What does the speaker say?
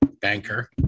banker